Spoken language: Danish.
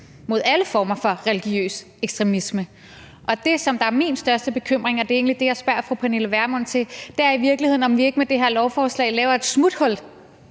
mod alle former for religiøs ekstremisme. Og det, som er min største bekymring, og det er egentlig det, jeg spørger fru Pernille Vermund til, er i virkeligheden, om vi ikke med det her lovforslag laver et smuthul